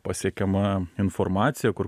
pasiekiama informacija kur